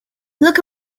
look